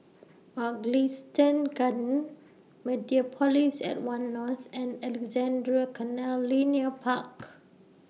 Mugliston Gardens Mediapolis At one North and Alexandra Canal Linear Park